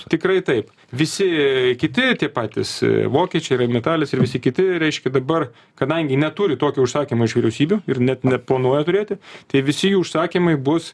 tikrai taip visi kiti tie patys vokiečiai ir reimetalis ir visi kiti reiškia dabar kadangi neturi tokio užsakymo iš vyriausybių ir net neplanuoja turėti tai visi jų užsakymai bus